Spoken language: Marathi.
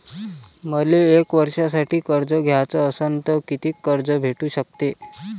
मले एक वर्षासाठी कर्ज घ्याचं असनं त कितीक कर्ज भेटू शकते?